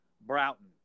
Broughton